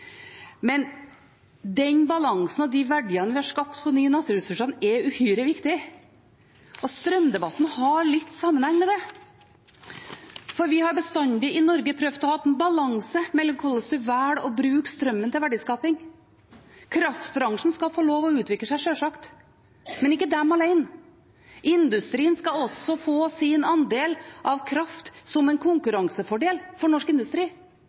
Men balansen og verdiene vi har skapt av de naturressursene, er uhyre viktige. Strømdebatten har litt sammenheng med det, for i Norge har vi bestandig prøvd å ha en balanse når det gjelder hvordan en velger å bruke strømmen til verdiskaping. Kraftbransjen skal sjølsagt få lov til å utvikle seg, men ikke den alene. Industrien skal også få sin andel av kraft som en konkurransefordel for norsk industri,